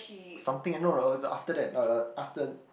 something eh no no it was after that uh uh after